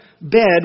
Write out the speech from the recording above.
bed